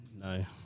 No